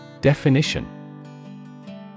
Definition